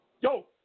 yo